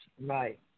right